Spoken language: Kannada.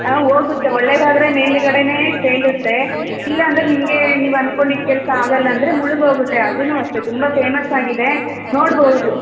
ಹಾಂ ಹೋಗುತ್ತೆ ಒಳ್ಳೆಯದಾದ್ರೆ ಮೇಲುಗಡೆನೇ ತೇಲುತ್ತೆ ಇಲ್ಲ ಅಂದ್ರೆ ನಿಮಗೆ ನೀವು ಅಂದ್ಕೊಂಡಿದ್ದ ಕೆಲಸ ಆಗಲ್ಲ ಅಂದರೆ ಮುಳುಗೋಗುತ್ತೆ ಅದೂ ಅಷ್ಟೇ ತುಂಬ ಫೇಮಸ್ಸಾಗಿದೆ ನೋಡಬಹ್ದು